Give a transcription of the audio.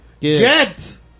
Get